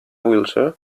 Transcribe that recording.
wheelchair